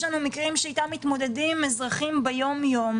יש לנו מקרים שאיתם מתמודדים אזרחים ביום-יום